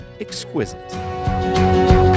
exquisite